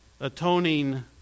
atoning